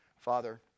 Father